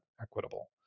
equitable